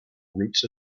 roots